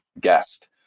guest